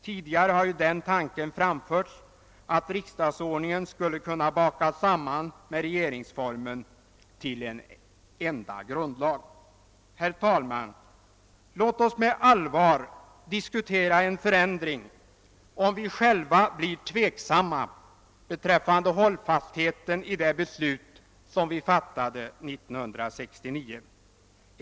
Tidigare har ju den tanken framförts, att riksdagsordningen skulle kunna bakas samman med regeringsformen till en enda grundlag. Herr talman! Låt oss med allvar diskutera en förändring, om vi själva blir tveksamma beträffande hållfastheten i det beslut som vi fattade 1969.